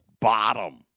bottom